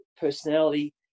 personality